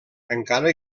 encara